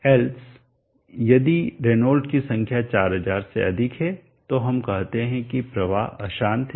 else अन्यथा यदि Reynolds की संख्या 4000 से अधिक है और हम कहते हैं कि प्रवाह अशांत है